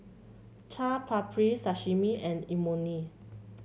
Chaat Papri Sashimi and Imoni